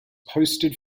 posted